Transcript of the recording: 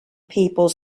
people